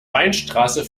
weinstraße